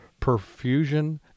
perfusion